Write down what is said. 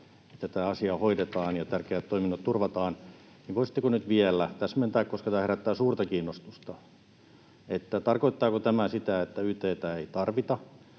että tätä asiaa hoidetaan ja tärkeät toiminnot turvataan, niin voisitteko nyt vielä täsmentää, koska tämä herättää suurta kiinnostusta, tarkoittaako tämä sitä, että yt:tä ei tarvita